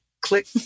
click